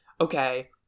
Okay